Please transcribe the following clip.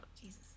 Jesus